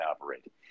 operate